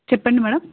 చెప్పండి మేడమ్